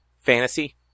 fantasy